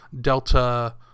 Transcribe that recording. Delta